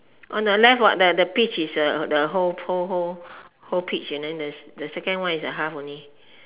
on the left what the the peach is the whole whole whole whole peach and then the second is the half only